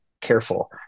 careful